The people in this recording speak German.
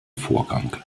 vorgang